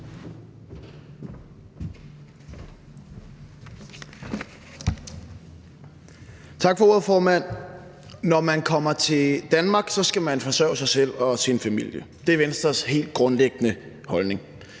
Tak for ordet, formand. Når man kommer til Danmark, skal man forsørge sig selv og sin familie. Det er Venstres helt grundlæggende holdning.